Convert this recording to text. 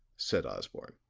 said osborne,